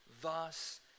thus